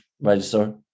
register